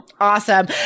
awesome